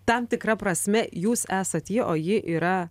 tam tikra prasme jūs esat ji o ji yra